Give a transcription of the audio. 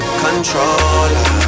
controller